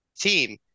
team